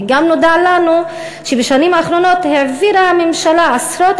וגם נודע לנו שבשנים האחרונות העבירה הממשלה עשרות